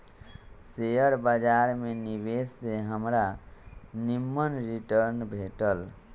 share बाजार में निवेश से हमरा निम्मन रिटर्न भेटल